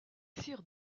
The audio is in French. sires